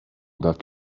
that